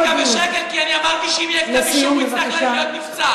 הייתי כאן בשקט כי אני אמרתי שאם יהיה כתב אישום הוא יצטרך להיות נבצר,